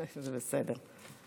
זה בסדר.